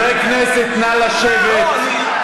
חברי הכנסת, נא לשבת.